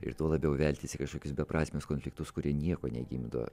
ir tuo labiau veltis į kažkokius beprasmius konfliktus kurie nieko negimdo